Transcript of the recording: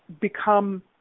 become